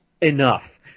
enough